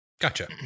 gotcha